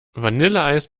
vanilleeis